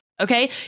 okay